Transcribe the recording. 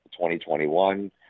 2021